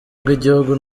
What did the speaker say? bw’igihugu